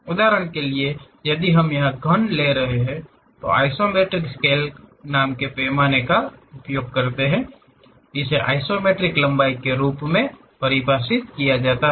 उदाहरण के लिए यदि हम यहां घन ले रहे हैं तो हम आइसोमेट्रिक स्केल नाम के पैमाने का उपयोग करते हैं इसे आइसोमेट्रिक लंबाई के रूप में परिभाषित किया जाता है